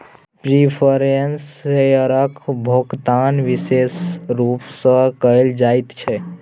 preference शेयरक भोकतान बिशेष रुप सँ कयल जाइत छै